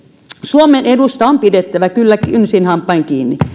suomen edusta on pidettävä kyllä kynsin hampain kiinni